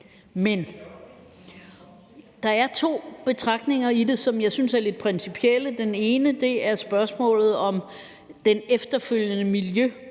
Men der er to betragtninger i det, som jeg synes er lidt principielle. Den ene ting er spørgsmålet om den efterfølgende